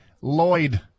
Lloyd